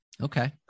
Okay